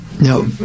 No